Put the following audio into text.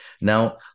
Now